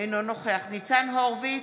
אינו נוכח ניצן הורוביץ,